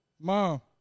Mom